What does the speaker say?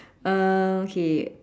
uh okay